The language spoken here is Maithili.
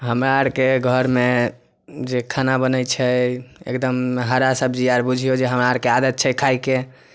हमरा आरके घरमे जे खाना बनै छै एकदम हरा सब्जी आर बुझियौ जे हमरा आरके आदत छै खाइके